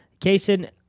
Kaysen